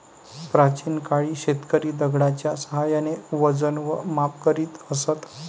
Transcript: प्राचीन काळी शेतकरी दगडाच्या साहाय्याने वजन व माप करीत असत